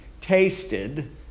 tasted